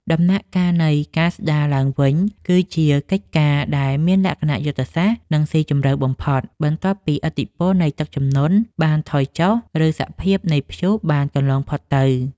ដំណាក់កាលនៃ ការស្ដារឡើងវិញ គឺជាកិច្ចការដែលមានលក្ខណៈយុទ្ធសាស្ត្រ និងស៊ីជម្រៅបំផុត បន្ទាប់ពីឥទ្ធិពលនៃទឹកជំនន់បានថយចុះ ឬសភាពនៃព្យុះបានកន្លងផុតទៅ។